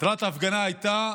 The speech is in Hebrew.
מטרת ההפגנה הייתה